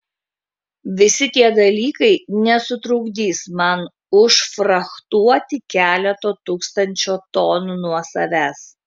visi tie dalykai nesutrukdys man užfrachtuoti keleto tūkstančio tonų nuo savęs